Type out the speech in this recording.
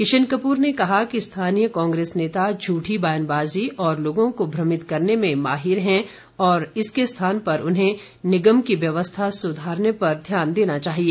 किशन कपूर ने कहा कि स्थानीय कांग्रेस नेता झठी बयानबाजी और लोगों को भ्रमित करने में माहिर हैं और इसके स्थान पर उन्हें निगम की व्यवस्था सुधारने पर ध्यान देना चाहिए